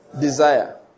Desire